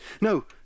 No